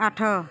ଆଠ